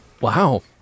Wow